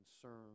concern